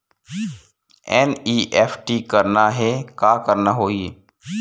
NEFT करना हे का करना होही?